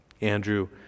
Andrew